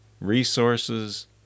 resources